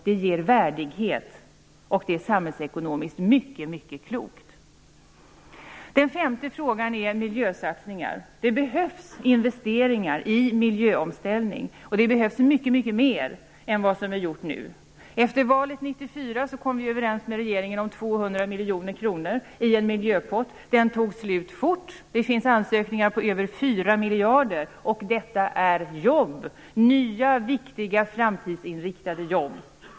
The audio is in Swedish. Det ger värdighet och är samhällsekonomiskt mycket klokt. Den femte frågan gäller miljösatsningar. Det behövs investeringar i miljöomställning, och det behövs mycket mer än vad som nu har gjorts. Efter valet 1994 kom vi överens med regeringen om 200 miljoner kronor till en miljöpott. Den tog slut fort. Det finns ansökningar som motsvarar över 4 miljarder och de innebär nya och framtidsinriktade jobb.